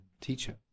teacher